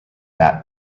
that